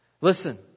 Listen